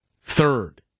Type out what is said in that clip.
third